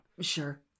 Sure